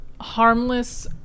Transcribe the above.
harmless